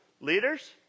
leaders